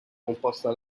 composta